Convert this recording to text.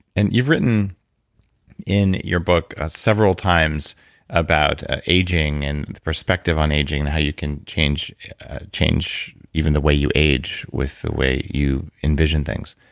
and you've written in your book several times about ah aging and the perspective on aging and how you can change change even the way you age with the way you envision things.